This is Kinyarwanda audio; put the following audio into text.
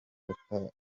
wafata